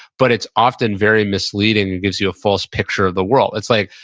but it's often very misleading and gives you a false picture of the world it's like,